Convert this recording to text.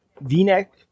v-neck